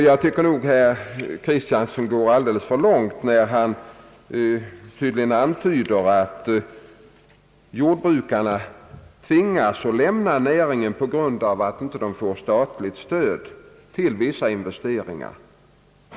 Jag tycker nog att herr Kristiansson går alldeles för långt när han antyder att jordbrukarna tvingas lämna näringen på grund av att de inte får statligt stöd till vissa investeringar.